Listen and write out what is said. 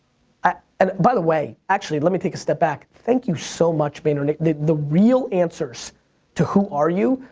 ah and by the way, actually, let me take a step back. thank you so much, vayner like nation. the real answers to who are you.